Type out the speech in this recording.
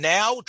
Now